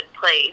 place